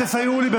תסייעו לי,